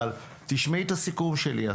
אבל תשמעי את הסיכום שלי,